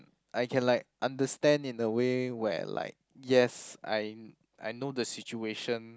I can like understand in a way where like yes I I know the situation